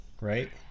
Right